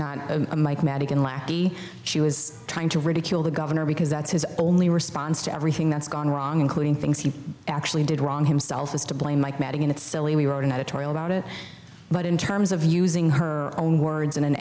lackey she was trying to ridicule the governor because that's his only response to everything that's gone wrong including things he actually did wrong himself is to blame mike madigan it's silly we wrote an editorial about it but in terms of using her own words in an